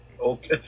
okay